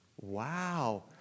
Wow